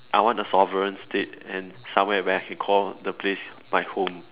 I want a sovereign state and somewhere where I can call the place my home